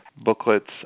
booklets